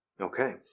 Okay